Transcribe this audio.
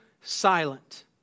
silent